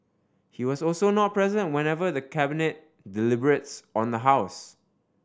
he was also not present whenever the Cabinet deliberates on the house